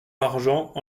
argent